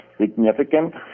significant